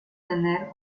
tener